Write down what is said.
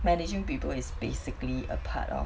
managing people is basically a part of